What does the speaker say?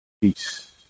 Peace